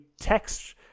text